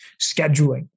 scheduling